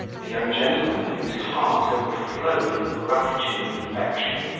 the young gentleman, whose heart overflowed with gratitude and affection,